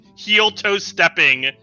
Heel-toe-stepping